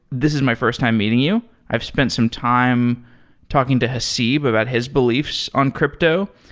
this is my first time meeting you. i've spent some time talking to haseeb about his beliefs on crypto.